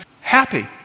happy